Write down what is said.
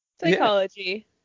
Psychology